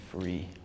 free